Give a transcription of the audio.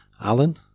Alan